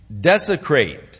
desecrate